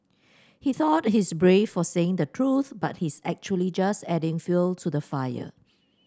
he thought he's brave for saying the truth but he's actually just adding fuel to the fire